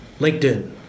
LinkedIn